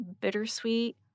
bittersweet